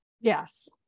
Yes